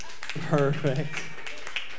perfect